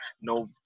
no